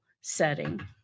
setting